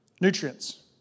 nutrients